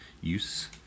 use